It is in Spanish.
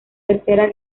tercera